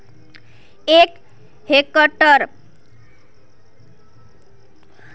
एक हेक्टर दस हजार वर्ग मिटरेर बड़ाबर छे